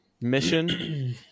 mission